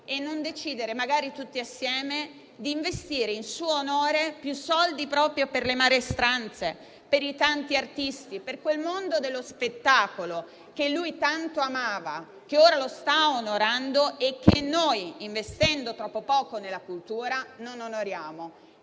e non decidere, magari tutti assieme, di investire in suo onore più soldi proprio per le maestranze, per i tanti artisti, per quel mondo dello spettacolo che lui tanto amava, che ora lo sta onorando e che noi, investendo troppo poco nella cultura, non onoriamo.